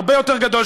הרבה יותר גדול,